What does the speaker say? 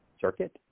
circuit